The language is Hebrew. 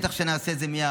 בטח שנעשה את זה מייד.